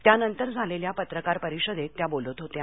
त्यानंतर झालेल्या पत्रकार परिषदेत त्या बोलत होत्या